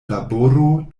laboro